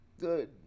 good